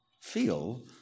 feel